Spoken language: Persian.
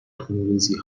خونریزی